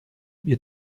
wir